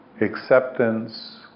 acceptance